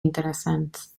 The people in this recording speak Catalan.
interessants